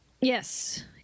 Yes